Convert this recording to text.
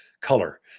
color